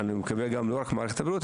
ואני מקווה שלא רק מערכת הבריאות,